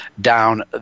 down